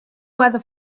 weather